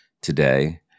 today